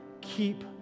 Keep